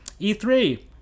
E3